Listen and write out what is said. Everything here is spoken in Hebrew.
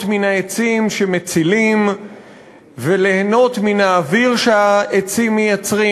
מן העצים שמצלים וליהנות מן האוויר שהעצים מייצרים.